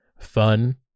fun